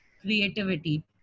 creativity